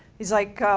is like,